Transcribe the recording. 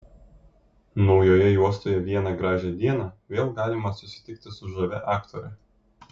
naujoje juostoje vieną gražią dieną vėl galima susitikti su žavia aktore